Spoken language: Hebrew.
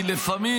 כי לפעמים,